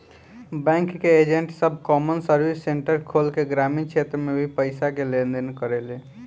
bank के agent सब common service centre खोल के ग्रामीण क्षेत्र में भी पईसा के लेन देन करेले